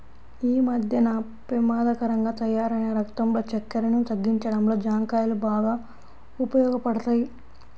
యీ మద్దెన పెమాదకరంగా తయ్యారైన రక్తంలో చక్కెరను తగ్గించడంలో జాంకాయలు బాగా ఉపయోగపడతయ్